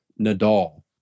Nadal